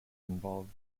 involved